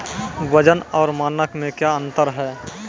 वजन और मानक मे क्या अंतर हैं?